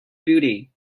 building